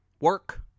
Work